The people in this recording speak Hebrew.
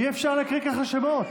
אי-אפשר להקריא ככה שמות.